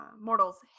mortals